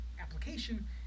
application